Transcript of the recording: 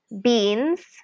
Beans